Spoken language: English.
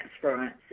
transference